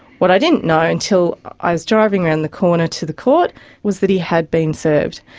what i didn't know until i was driving round the corner to the court was that he had been served.